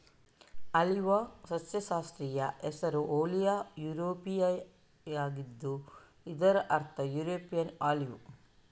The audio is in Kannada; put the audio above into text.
ಆಲಿವ್ನ ಸಸ್ಯಶಾಸ್ತ್ರೀಯ ಹೆಸರು ಓಲಿಯಾ ಯುರೋಪಿಯಾವಾಗಿದ್ದು ಇದರ ಅರ್ಥ ಯುರೋಪಿಯನ್ ಆಲಿವ್